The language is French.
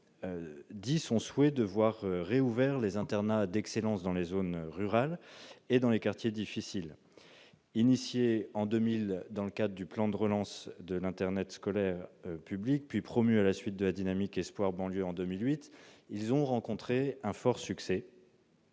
son souhait de voir rouvrir les internats d'excellence dans les zones rurales et dans les quartiers difficiles. Lancés en 2000 dans le cadre du plan de relance de l'internat scolaire public, puis promus à la suite de la dynamique Espoir banlieues de 2008, ils ont rencontré un fort succès